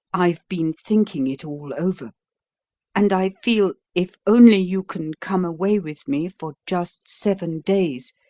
i've been thinking it all over and i feel, if only you can come away with me for just seven days,